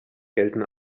gelten